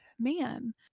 man